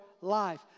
life